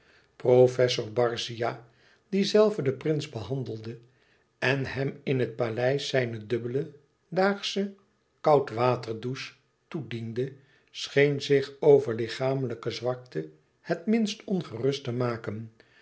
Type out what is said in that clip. professor barzia die zelve den prins behandelde en hem in het paleis zijne dubbele daagsche koud waterdouche toediende scheen zich over lichamelijke zwakte het minst ongerust te maken